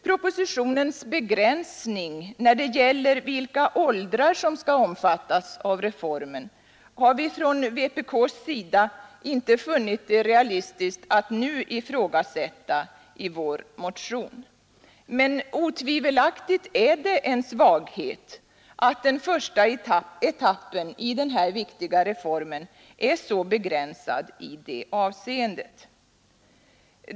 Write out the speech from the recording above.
Propositionens begränsning när det gäller vilka åtgärder som skall omfattas av reformen har vi från vpk:s sida inte funnit det realistiskt att nu ifrågasätta i vår motion. Men otvivelaktigt är det en svaghet att den första etappen i denna viktiga reform är så begränsad i det avseendet.